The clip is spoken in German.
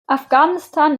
afghanistan